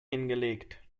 hingelegt